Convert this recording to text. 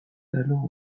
alors